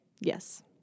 Yes